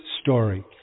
story